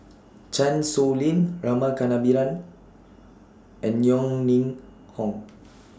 Chan Sow Lin Rama Kannabiran and Yeo Ning Hong